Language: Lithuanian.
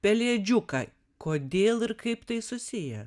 pelėdžiuką kodėl ir kaip tai susiję